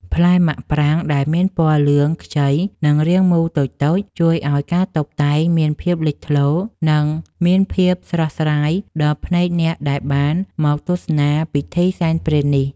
ផ្លែមាក់ប្រាងដែលមានពណ៌លឿងខ្ចីនិងរាងមូលតូចៗជួយឱ្យការតុបតែងមានភាពលេចធ្លោ និង មានភាពស្រស់ស្រាយដល់ភ្នែកអ្នកដែលបានមកទស្សនាពិធីសែនព្រេននេះ។